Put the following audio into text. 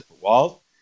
Walt